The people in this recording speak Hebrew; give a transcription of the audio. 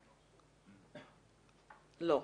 לא.